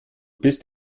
bist